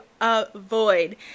avoid